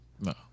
No